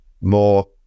more